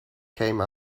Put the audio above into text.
came